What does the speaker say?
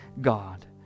God